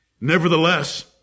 Nevertheless